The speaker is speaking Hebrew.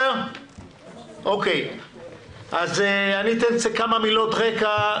אז אני אתן כמה מילות רקע.